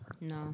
no